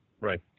Right